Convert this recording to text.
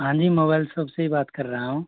हाँ जी mobile shop से ही बात कर रहा हूँ